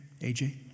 AJ